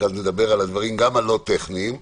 שם נדבר גם על הדברים הלא טכניים,